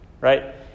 right